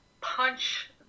punch